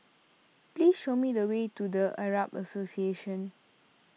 please show me the way to the Arab Association